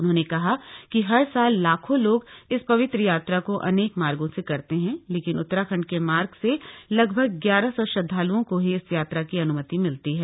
उन्होंने कहा कि हर साल लाखों लोग इस पवित्र यात्रा को अनेक मार्गों से करते हैं लेकिन उत्तराखंड के मार्ग से लगभग ग्यारह सौ श्रद्धाल्ओं को ही इस यात्रा की अन्मति मिलती है